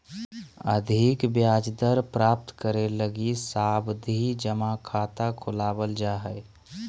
अधिक ब्याज दर प्राप्त करे लगी सावधि जमा खाता खुलवावल जा हय